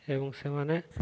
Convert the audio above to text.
ଏବଂ ସେମାନେ